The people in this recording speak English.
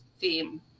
theme